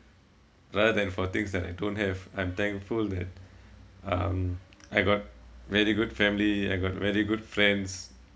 rather than for things that I don't have I'm thankful that um I got very good family I got very good friends